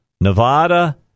Nevada